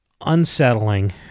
unsettling